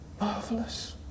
marvelous